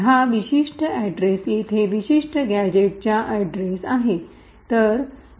हा विशिष्ट अड्रेस येथे विशिष्ट गॅझेटचा अड्रेस आहे